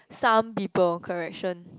some people correction